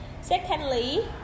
secondly